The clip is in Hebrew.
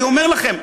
אני אומר לכם,